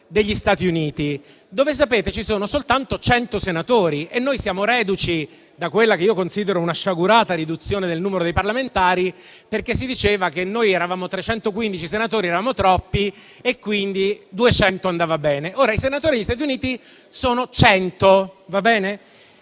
degli Stati Uniti, dove ci sono soltanto 100 senatori. Noi siamo reduci da quella che io considero una sciagurata riduzione del numero dei parlamentari, perché si diceva che 315 senatori erano troppi e che 200 andavano bene. I senatori degli Stati Uniti sono 100 e hanno